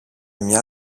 μια